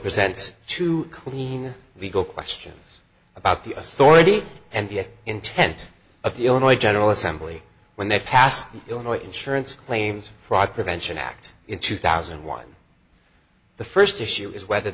presents to clean legal questions about the authority and the intent of the only general assembly when they passed the illinois insurance claims fraud prevention act in two thousand and one the first issue is whether